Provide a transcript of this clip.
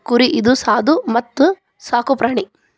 ಕುರಿ ಇದು ಸಾದು ಮತ್ತ ಸಾಕು ಪ್ರಾಣಿ